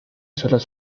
suelos